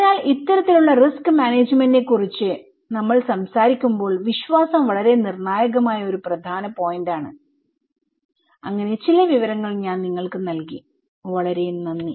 അതിനാൽ ഇത്തരത്തിലുള്ള റിസ്ക് മാനേജ്മെന്റിനെക്കുറിച്ച് നമ്മൾ സംസാരിക്കുമ്പോൾ വിശ്വാസം വളരെ നിർണായകമായ ഒരു പ്രധാന പോയിന്റാണ് അങ്ങനെ ചില വിവരങ്ങൾ ഞാൻ നൽകിവളരെ നന്ദി